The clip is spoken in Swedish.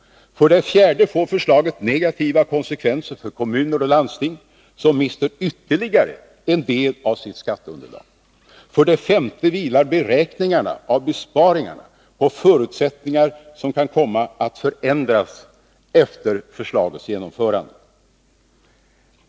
För det fjärde får förslaget negativa konsekvenser för kommuner och landsting, som mister ytterligare en del av sitt skatteunderlag. För det femte vilar beräkningarna av besparingarna på förutsättningar som kan komma att förändras efter förslagets genomförande.